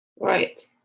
right